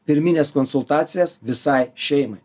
pirmines konsultacijas visai šeimai